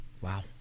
Wow